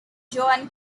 joan